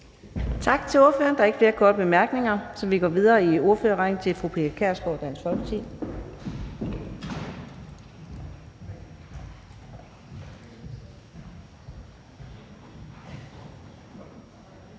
Tak til ordføreren. Der er ikke flere korte bemærkninger, så vi går videre i ordførerrækken til fru Pia Kjærsgaard, Dansk Folkeparti.